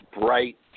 bright